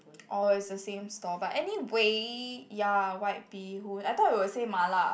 oh it's the same stall but anyway ya white-bee-hoon I thought you will say Ma-La